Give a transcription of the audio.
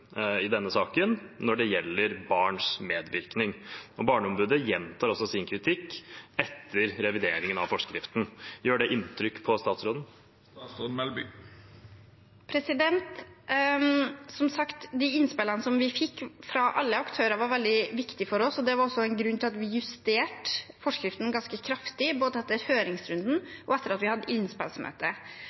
når det gjelder barns medvirkning i denne saken. Barneombudet gjentar også sin kritikk etter revideringen av forskriften. Gjør det inntrykk på statsråden? Som sagt: De innspillene vi fikk fra alle aktører, var veldig viktige for oss. Det var også en grunn til at vi justerte forskriften ganske kraftig etter både høringsrunden og innspillsmøtet. Jeg tror, som jeg sa i sted, at vi